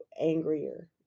angrier